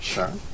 Sure